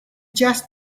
just